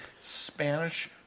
Spanish